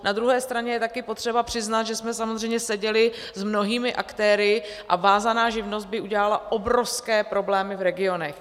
Na druhé straně je taky potřeba přiznat, že jsme samozřejmě seděli s mnohými aktéry, a vázaná živnost by udělala obrovské problémy v regionech.